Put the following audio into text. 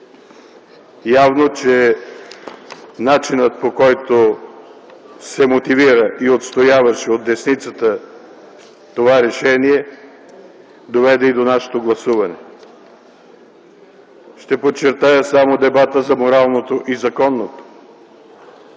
Явно, че начинът, по който се мотивира и отстояваше от десницата това решение, доведе и до нашето гласуване. Ще подчертая само дебата за моралното и законното